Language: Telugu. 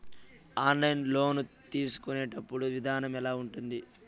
ఆన్లైన్ లోను తీసుకునేటప్పుడు విధానం ఎలా ఉంటుంది